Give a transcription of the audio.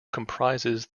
comprises